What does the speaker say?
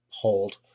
hold